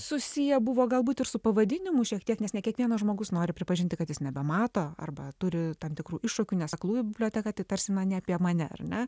susiję buvo galbūt ir su pavadinimu šiek tiek nes ne kiekvienas žmogus nori pripažinti kad jis nebemato arba turi tam tikrų iššūkių nes aklųjų biblioteka tai taresi na ne apie mane ar ne